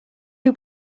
who